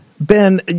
Ben